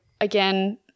again